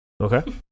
Okay